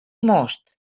most